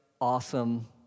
awesome